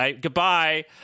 Goodbye